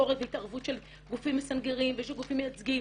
מביקורת והתערבות של גופים מסנגרים ושל גופים מייצגים